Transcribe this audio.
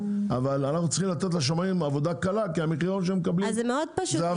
אבל אנחנו צריכים לתת לשמאים עבודה קלה כי המחיר שהם מקבלים הוא אוויר,